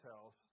house